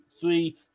three